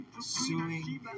suing